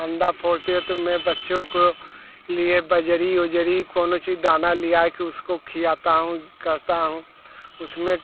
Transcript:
अंडा फोड़ती है तो मैं बच्चों के लिए बजरी उजरी कौनसा दाना ले आए के उसको खिलाता हूँ करता हूँ उसमें